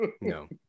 no